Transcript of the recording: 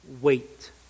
wait